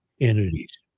entities